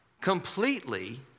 completely